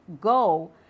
go